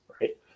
right